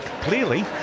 clearly